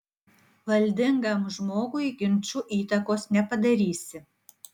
valdingam žmogui ginču įtakos nepadarysi